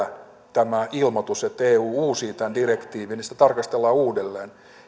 tämä ilmoitus että eu uusii tämän direktiivin niin sitä tarkastellaan uudelleen